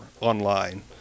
online